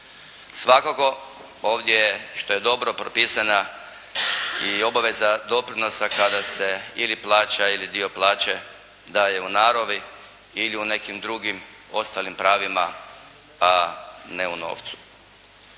Svakako, ovdje je što je dobro propisana i obveza doprinosa kada se ili plaća ili dio plaće daje u naravi ili u nekim drugim ostalim pravima, a ne u novcu.